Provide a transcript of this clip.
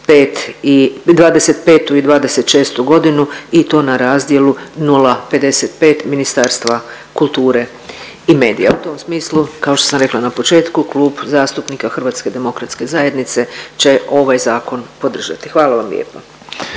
i '26.g. i to na razdjelu 055 Ministarstva kulture i medija. U tom smislu kao što sam rekla na početku Klub zastupnika HDZ-a će ovaj zakon podržati, hvala vam lijepa.